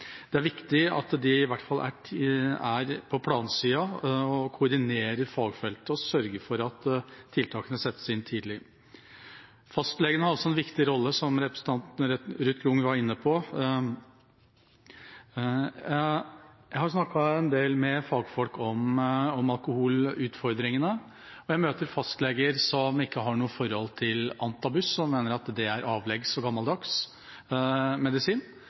Det er viktig at de i hvert fall er på plansida og koordinerer fagfeltet og sørger for at tiltakene settes inn tidlig. Fastlegene har også en viktig rolle, som representanten Ruth Grung var inne på. Jeg har snakket en del med fagfolk om alkoholutfordringene, og jeg møter fastleger som ikke har noe forhold til antabus, som mener at det er avleggs og gammeldags medisin,